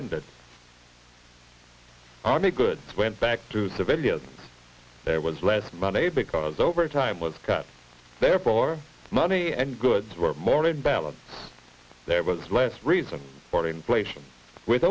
in the army goods went back to civilians there was less money because overtime was cut therefore money and goods were more in balance there was less reason for inflation with